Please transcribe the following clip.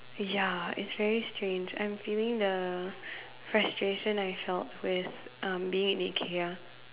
ya it's very strange I'm feeling the frustration I felt with um being in IKEA